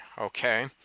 Okay